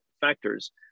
factors